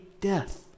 Death